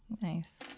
nice